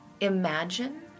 imagine